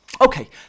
okay